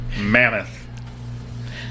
mammoth